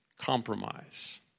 Compromise